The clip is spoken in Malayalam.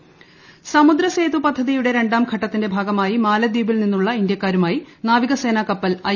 ക്ഷകകകകക സമുദ്രസേതു സമുദ്രസേതു പദ്ധതിയുടെ രണ്ടാം ഘട്ടത്തിന്റെ ഭാഗമായി മാലദ്വീപിൽ നിന്നുള്ള ഇന്ത്യക്കാരുമായി നാവികസേന കപ്പൽ ഐ